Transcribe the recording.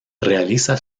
realiza